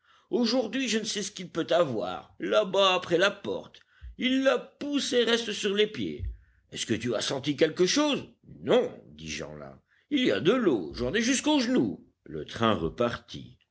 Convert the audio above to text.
aujourd'hui je ne sais ce qu'il peut avoir là-bas après la porte il la pousse et reste planté sur les pieds est-ce que tu as senti quelque chose non dit jeanlin il y a de l'eau j'en ai jusqu'aux genoux le train repartit